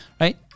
right